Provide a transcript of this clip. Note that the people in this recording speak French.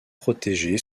protégée